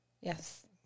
Yes